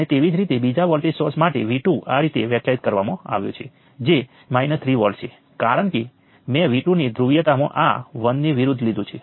તેથી આ સપાટીમાં પ્રવેશતા કેટલાક કરંટોની પણ સમાન છે